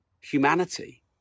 humanity